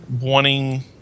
wanting